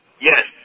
Yes